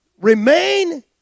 Remain